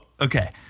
okay